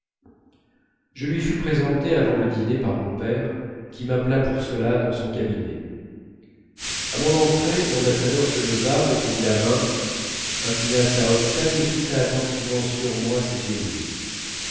je lui fus présenté avant le dîner par mon père qui m'appela pour cela dans son cabinet à mon entrée l'ambassadeur se leva me tendit la main inclina sa haute taille et fixa attentivement sur moi ses yeux bleus